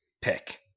pick